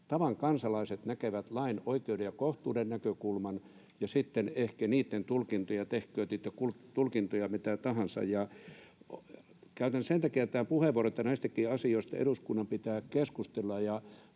Tavan kansalaiset näkevät lain oikeuden ja kohtuuden näkökulman, ja sitten tehkööt muut niitä tulkintoja miten tahansa. Käytän sen takia tämän puheenvuoron, että näistäkin asioista eduskunnan pitää keskustella.